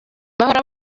bahora